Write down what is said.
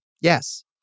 Yes